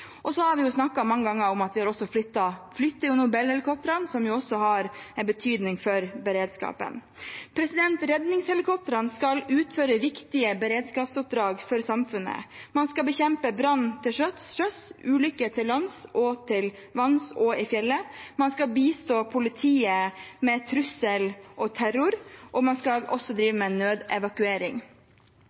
Banak. Så har vi snakket mange ganger om at vi nå flytter Bell-helikoptrene, som jo også har en betydning for beredskapen. Redningshelikoptrene skal utføre viktige beredskapsoppdrag for samfunnet. Man skal bekjempe brann til sjøs, ulykker til lands og til vanns og i fjellet, man skal bistå politiet ved trussel og terror, og man skal også drive med nødevakuering.